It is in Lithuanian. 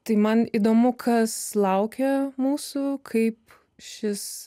tai man įdomu kas laukia mūsų kaip šis